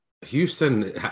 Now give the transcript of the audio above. Houston